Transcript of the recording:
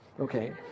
Okay